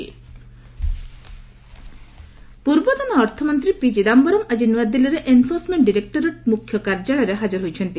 ED Chidambaram ପୂର୍ବତନ ଅର୍ଥମନ୍ତ୍ରୀ P Chidambaram ଆଜି ନୂଆଦିଲ୍ଲୀରେ ଏନ୍ଫୋର୍ସମେଣ୍ଟ ଡାଇରେକ୍ଟୋରେଟ୍ ମୁଖ୍ୟ କାର୍ଯ୍ୟାଳୟରେ ହାଜର ହୋଇଛନ୍ତି